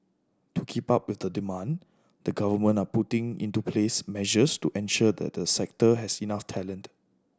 to keep up with demand the government are putting into place measures to ensure that the sector has enough talent